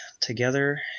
together